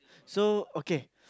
so okay